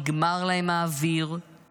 נגמר להם האוויר,